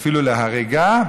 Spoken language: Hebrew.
ואפילו להריגה,